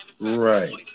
right